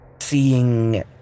seeing